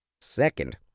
second